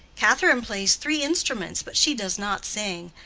catherine plays three instruments, but she does not sing.